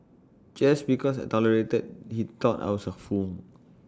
just because I tolerated he thought I was A fool